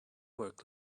work